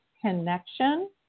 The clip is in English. connection